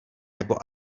nebo